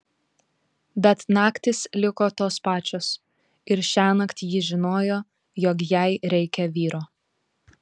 bet naktys liko tos pačios ir šiąnakt ji žinojo jog jai reikia vyro